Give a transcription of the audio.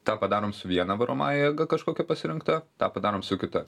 tą padarom su viena varomąja jėga kažkokia pasirinkta tą padarom su kita